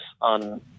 on